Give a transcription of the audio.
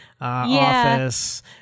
office